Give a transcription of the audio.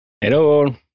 hello